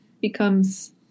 becomes